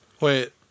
Wait